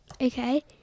Okay